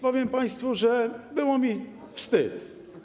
Powiem państwu, że było mi wstyd.